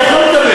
אני יכול לקבל,